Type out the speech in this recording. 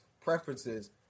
preferences